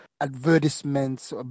advertisements